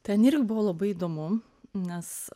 ten irgi buvo labai įdomu nes